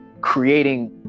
creating